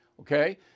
Okay